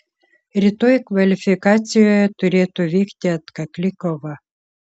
rytoj kvalifikacijoje turėtų vykti atkakli kova